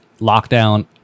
lockdown